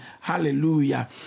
Hallelujah